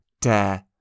Dare